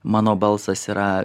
mano balsas yra